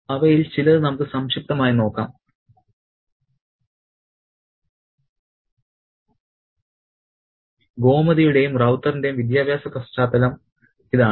അവയിൽ ചിലത് നമുക്ക് സംക്ഷിപ്തമായി നോക്കാം ഗോമതിയുടേയും റൌത്തേറിന്റേയും വിദ്യാഭ്യാസ പശ്ചാത്തലം ഇതാണ്